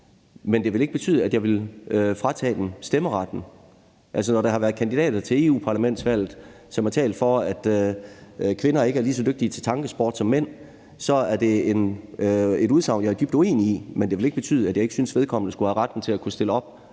Men det vil ikke betyde, at jeg vil fratage dem stemmeretten. Altså, når der har været kandidater til europaparlamentsvalget, som har talt for, at kvinder ikke er lige så dygtige til tankesport som mænd, er det et udsagn, jeg er dybt uenig i, men det vil ikke betyde, at jeg ikke synes, at vedkommende skulle have retten til at stille op